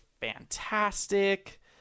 fantastic